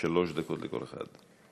שלוש דקות לכל אחד.